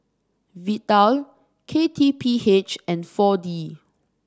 Vital K T P H and four D